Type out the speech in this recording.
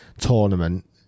tournament